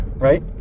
right